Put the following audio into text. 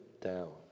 down